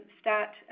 stat